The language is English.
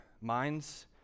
minds